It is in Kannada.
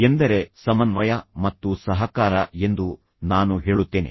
ಎಂದರೆ ಸಮನ್ವಯ ಮತ್ತು ಸಹಕಾರ ಎಂದು ನಾನು ಹೇಳುತ್ತೇನೆ